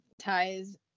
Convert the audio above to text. ties